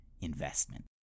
investment